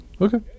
Okay